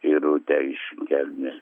irutę iš kelmės